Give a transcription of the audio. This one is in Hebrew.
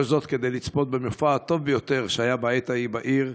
כל זאת כדי לצפות במופע הטוב ביותר שהיה בעת ההיא בעיר,